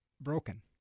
broken